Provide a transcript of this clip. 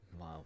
wow